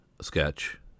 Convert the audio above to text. sketch